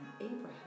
abraham